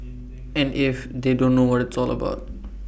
and if they don't know what tall about